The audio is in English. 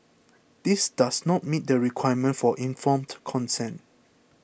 this does not meet the requirement for informed consent